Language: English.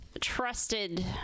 Trusted